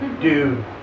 dude